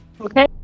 okay